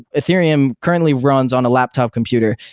ethereum currently runs on a laptop computer.